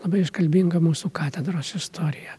labai iškalbinga mūsų katedros istorija